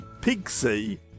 Pixie